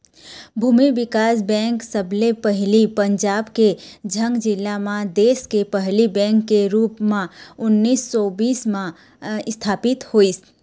भूमि बिकास बेंक सबले पहिली पंजाब के झंग जिला म देस के पहिली बेंक के रुप म उन्नीस सौ बीस म इस्थापित होइस